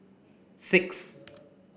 six